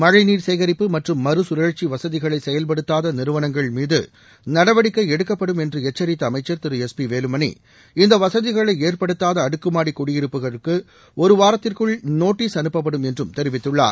மழைநீர் சேகரிப்பு மற்றும் மறுகழற்சி வசதிகளை செயல்படுத்தாத நிறுவனங்கள் மீது நடவடிக்கை எடுக்கப்படும் என்று எச்சரித்த அமைச்சர் திரு எஸ் பி வேலுமணி இந்த வசதிகளை ஏற்படுத்தாத அடுக்குமாடிக் குடியிருப்புகளுக்கு ஒருவாரத்திற்குள் நோட்டஸ் அனுப்பப்படும் என்றும் தெரிவித்துள்ளார்